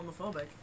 homophobic